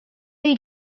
you